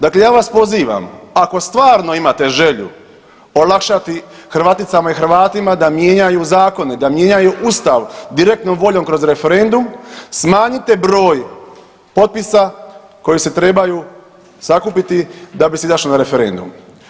Dakle, ja vas pozivam ako stvarno imate želju olakšati Hrvaticama i Hrvatima da mijenjaju zakone, da mijenjaju Ustav, direktnom voljom kroz referendum smanjite broj potpisa koji se trebaju sakupiti da bi se izašlo na referendum.